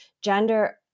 gender